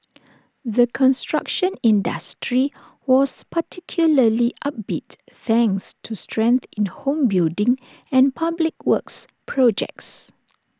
the construction industry was particularly upbeat thanks to strength in home building and public works projects